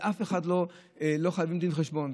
לאף אחד לא חייבים דין וחשבון.